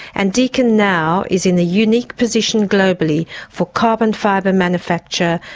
and deakin now is in the unique position globally for carbon fibre manufacture,